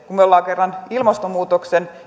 kun me olemme kerran ilmastonmuutoksen